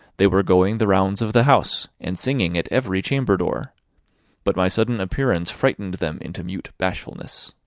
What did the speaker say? they were going the rounds of the house, and singing at every chamber-door but my sudden appearance frightened them into mute bashfulness.